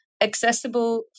accessible